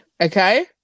Okay